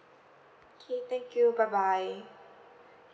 okay thank you bye bye